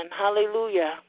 Hallelujah